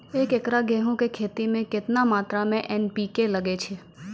एक एकरऽ गेहूँ के खेती मे केतना मात्रा मे एन.पी.के लगे छै?